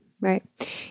right